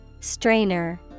Strainer